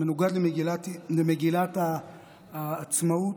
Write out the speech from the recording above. זה מנוגד למגילת העצמאות,